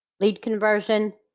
lead conversion,